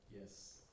Yes